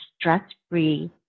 stress-free